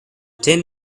tin